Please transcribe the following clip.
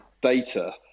data